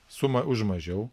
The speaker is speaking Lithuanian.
su ma už mažiau